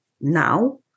now